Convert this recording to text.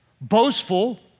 boastful